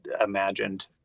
imagined